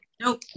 nope